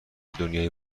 دنیای